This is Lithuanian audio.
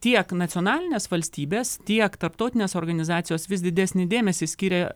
tiek nacionalinės valstybės tiek tarptautinės organizacijos vis didesnį dėmesį skiria